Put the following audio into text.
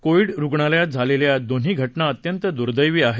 Covid रूग्णालयात झालेले या दोन्ही घटना अत्यंत दुर्देवी आहेत